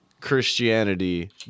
christianity